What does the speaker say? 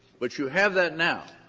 but you have that now,